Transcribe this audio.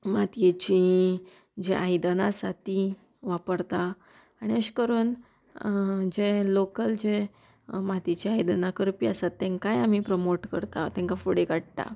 मातयेचीं जी आयदनां आसात तीं वापरता आनी अशें करून जे लोकल जे मातयेचीं आयदनां करपी आसात तांकांय आमी प्रमोट करता तांकां फुडें काडटा